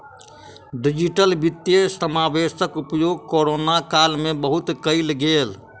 digital वित्तीय समावेशक उपयोग कोरोना काल में बहुत कयल गेल